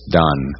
done